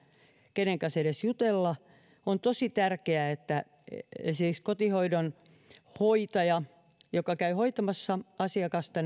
kenen kanssa edes jutella on tosi tärkeää että kotihoidon hoitaja joka käy hoitamassa asiakasta